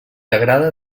agrada